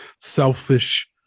selfish